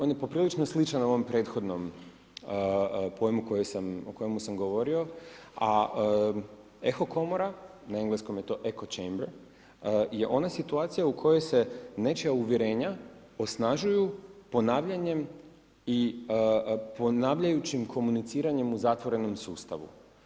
On je poprilično sličan ovom prethodnom pojmu o kojemu sam govorio, a eho komora, na engleskom je eco chamber, je ona situacija u kojoj se nečija uvjerenja osnažuju ponavljanjem i ponavljajućim komuniciranjem u zatvorenom sustavu.